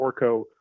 orco